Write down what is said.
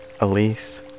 Elise